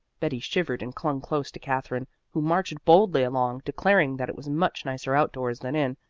betty shivered and clung close to katherine, who marched boldly along, declaring that it was much nicer outdoors than in,